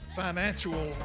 financial